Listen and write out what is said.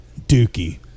Dookie